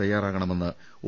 തയ്യാറാകണമെന്ന് ഒ